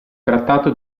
trattato